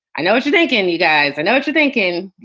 i know what you're thinking. you guys. i know what you're thinking.